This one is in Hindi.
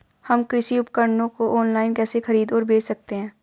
हम कृषि उपकरणों को ऑनलाइन कैसे खरीद और बेच सकते हैं?